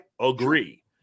agree